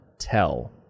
tell